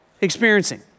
experiencing